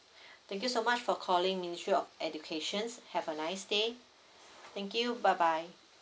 thank you so much for calling ministry of educations have a nice day thank you bye bye